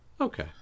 Okay